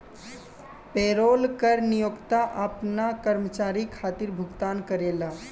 payroll कर नियोक्ता आपना कर्मचारी खातिर भुगतान करेला